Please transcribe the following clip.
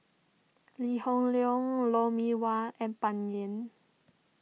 Lee Hoon Leong Lou Mee Wah and Bai Yan